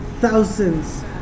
thousands